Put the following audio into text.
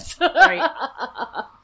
Right